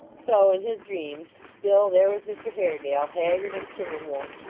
so in his dreams still there was mr haredale, haggard and careworn,